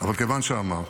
אבל כיוון שאמרת,